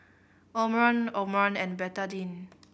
Omron Omron and Betadine